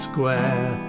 Square